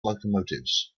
locomotives